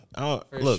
look